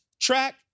track